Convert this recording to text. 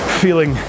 feeling